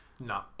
No